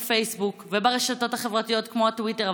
בפייסבוק וברשתות החברתיות כמו הטוויטר,